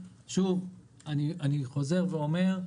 אני חוזר ואומר,